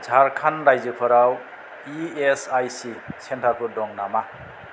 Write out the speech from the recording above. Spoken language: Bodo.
झारखान्ड रायजोफोराव इ एस आइ सि सेन्टारफोर दं नामा